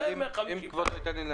אז